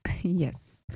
Yes